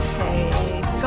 take